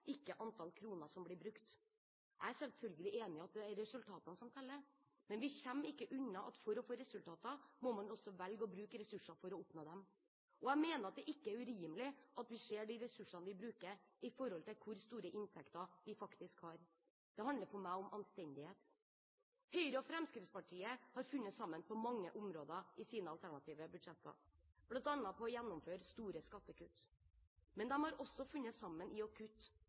ikke antall kroner som blir brukt. Jeg er selvfølgelig enig i at det er resultatene som teller, men vi kommer ikke unna at for å få resultater må man også velge å bruke ressurser for å oppnå dem. Jeg mener at det ikke er urimelig at vi ser de ressursene vi bruker, i forhold til hvor store inntekter vi faktisk har. Det handler for meg om anstendighet. Høyre og Fremskrittspartiet har funnet sammen på mange områder i sine alternative budsjetter, bl.a. å gjennomføre store skattekutt. Men de har også funnet sammen i å kutte